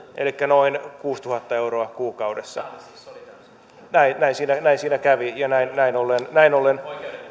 elikkä noin kuuteentuhanteen euroon kuukaudessa näin siinä kävi ja näin ollen näin ollen